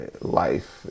life